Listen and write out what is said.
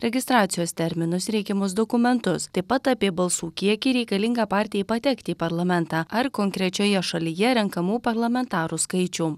registracijos terminus reikiamus dokumentus taip pat apie balsų kiekį reikalingą partijai patekti į parlamentą ar konkrečioje šalyje renkamų parlamentarų skaičių